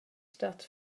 stat